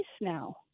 now